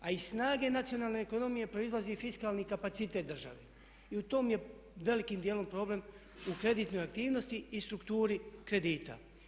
A iz snage nacionalne ekonomije proizlazi fiskalni kapacitet države i u tome je velikim dijelom problem u kreditnoj aktivnosti i strukturi kredita.